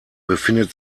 befindet